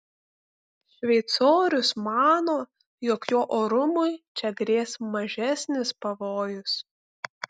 šveicorius mano jog jo orumui čia grės mažesnis pavojus